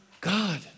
God